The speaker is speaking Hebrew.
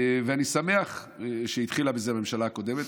אני שמח שהתחילה בזה הממשלה הקודמת.